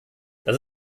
das